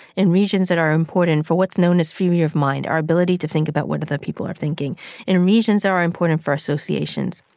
in regions that are important for what's known as theory of mind our ability to think about what other people are thinking in regions that are important for associations.